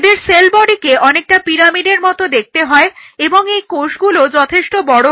এদের সেল বডিকে অনেকটা পিরামিডের মতো দেখতে হয় এবং এই কোষগুলো যথেষ্ট বড়ো